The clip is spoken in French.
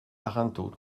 arinthod